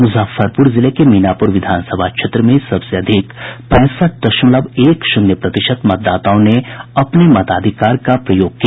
मुजफ्फरपुर जिले के मीनापुर विधानसभा क्षेत्र में सबसे अधिक पैंसठ दशमलव एक शून्य प्रतिशत मतदाताओं ने अपने मताधिकार का प्रयोग किया